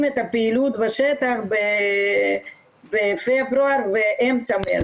את הפעילות בשטח של פברואר ואמצע מרץ.